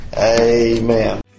Amen